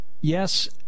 Yes